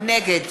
נגד